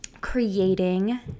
creating